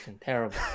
terrible